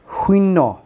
শূন্য